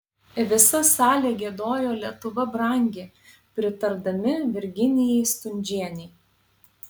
visa salė giedojo lietuva brangi pritardami virginijai stundžienei